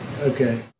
Okay